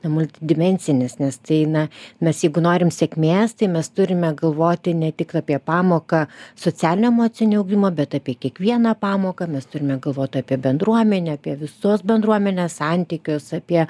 na multidimensinis nes tai na mes jeigu norim sėkmės tai mes turime galvoti ne tik apie pamoką socialinio emocinio ugdymo bet apie kiekvieną pamoką mes turime galvot apie bendruomenę apie visos bendruomenės santykius apie